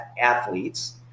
athletes